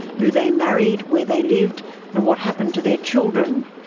who they married, where they lived and what happened to their children.